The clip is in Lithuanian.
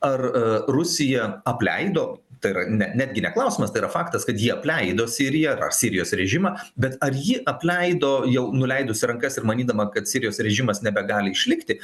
ar rusija apleido tai yra ne netgi ne klausimas tai yra faktas kad ji apleido siriją ar sirijos režimą bet ar ji apleido jau nuleidusi rankas ir manydama kad sirijos režimas nebegali išlikti